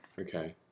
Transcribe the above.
Okay